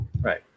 right